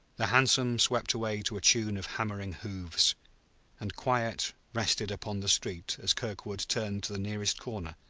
the hansom swept away to a tune of hammering hoofs and quiet rested upon the street as kirkwood turned the nearest corner,